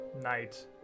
night